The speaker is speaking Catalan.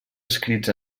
escrits